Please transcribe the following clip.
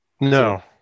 No